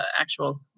actual